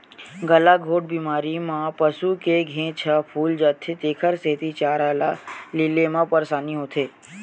गलाघोंट बेमारी म पसू के घेंच ह फूल जाथे तेखर सेती चारा ल लीले म परसानी होथे